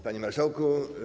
Panie Marszałku!